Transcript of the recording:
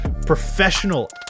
professional